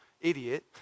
idiot